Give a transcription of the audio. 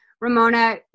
Ramona